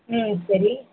ம் சரி